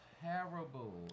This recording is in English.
terrible